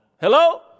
Hello